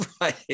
right